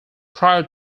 prior